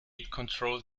control